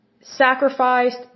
sacrificed